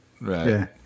right